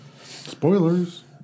spoilers